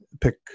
pick